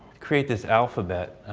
create this alphabet